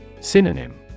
Synonym